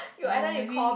I know maybe